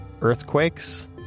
earthquakes